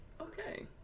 Okay